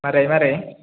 माबोरै माबोरै